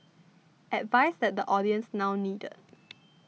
advice that the audience now needed